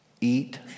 eat